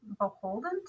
beholden